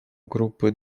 группы